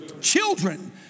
children